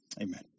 amen